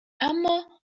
اما